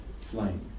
flame